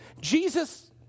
Jesus